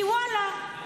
כי ואללה,